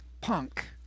punk